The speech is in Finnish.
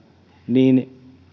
niin